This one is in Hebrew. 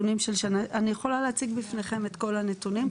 אני יכולה להציג בפניכם את כל הנתונים.